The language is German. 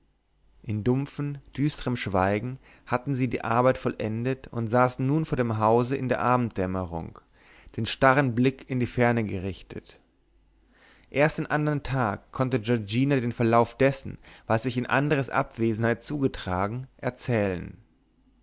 in dumpfem düsterem schweigen hatten sie die arbeit vollendet und saßen nun vor dem hause in der abenddämmerung den starren blick in die ferne gerichtet erst den andern tag konnte giorgina den verlauf dessen was sich in andres abwesenheit zugetragen erzählen